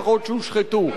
שהושחתו.